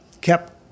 kept